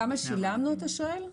כמה שילמנו אתה שואל?